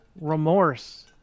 remorse